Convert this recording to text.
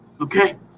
okay